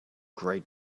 great